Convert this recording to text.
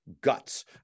guts